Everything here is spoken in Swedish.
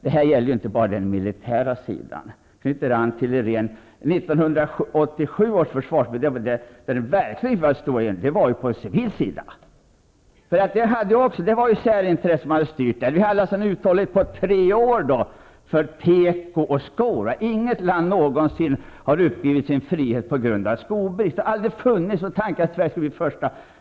Det här gäller ju inte bara den militära sidan. Jag knyter an till vad Iréne Vestlund sade. 1987 års försvarspolitiska beslut innehöll nytänkande framför allt på den civila sidan. Också där hade särintressen styrt. Vi hade en uthållighet på tre år för teko och skor. Inget land har någonsin uppgivit sin frihet på grund av skobrist, och det har aldrig funnits någon tanke på att Sverige skulle bli det första.